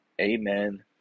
Amen